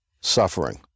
suffering